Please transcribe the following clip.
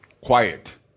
quiet